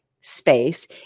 space